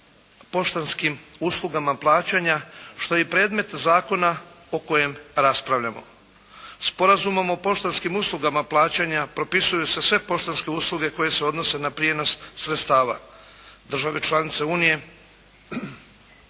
poštanskim uslugama plaćanja što je predmet zakona o kojem raspravljamo. Sporazumom o poštanskim uslugama plaćanja propisuju se sve poštanske usluge koje se odnose na prijenos sredstava države članice Unije.